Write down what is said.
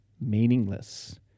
meaningless